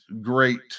great